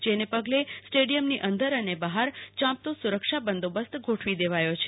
જેને પગલે સ્ટેડિયમની અંદર અને બહાર ચાંપતો સુરક્ષા બંદોબસ્ત ગોઠવી દેવાયો છે